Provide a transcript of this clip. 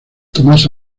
tomás